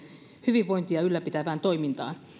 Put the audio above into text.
hyvinvointia ylläpitävään toimintaan